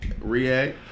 react